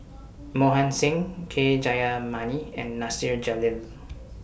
Mohan Singh K Jayamani and Nasir Jalil